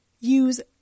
use